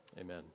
Amen